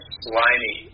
slimy